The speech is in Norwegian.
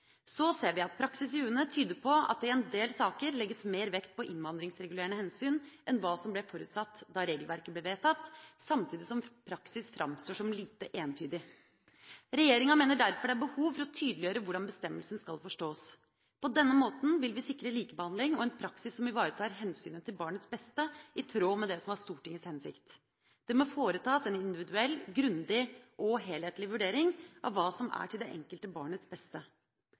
Så ser vi at praksis i UNE tyder på at det i en del saker legges mer vekt på innvandringsregulerende hensyn enn hva som ble forutsatt da regelverket ble vedtatt, samtidig som praksis framstår som lite entydig. Regjeringa mener derfor det er behov for å tydeliggjøre hvordan bestemmelsen skal forstås. På denne måten vil vi sikre likebehandling og en praksis som ivaretar hensynet til barnets beste i tråd med det som var Stortingets hensikt. Det må foretas en individuell, grundig og helhetlig vurdering av hva som er til det enkelte barnets beste.